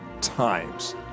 times